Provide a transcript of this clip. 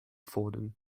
fordern